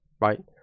right